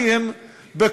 כי הם בקואליציה,